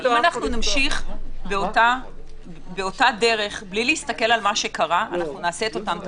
אם נמשיך באותה דרך בלי להסתכל על מה שקרה - נעשה אותן טעויות.